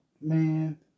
man